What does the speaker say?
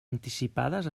anticipades